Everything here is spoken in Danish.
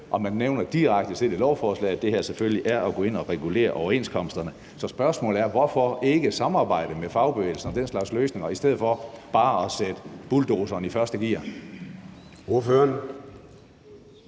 og man nævner selv direkte i lovforslaget, at det her selvfølgelig er at gå ind og regulere overenskomsterne. Så spørgsmålet er: Hvorfor ikke samarbejde med fagbevægelsen om den slags løsninger i stedet for bare at sætte bulldozeren i første gear?